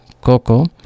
Coco